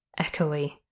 echoey